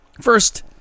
First